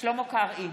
שלמה קרעי,